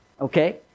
Okay